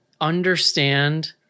understand